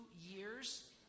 years